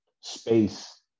space